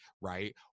right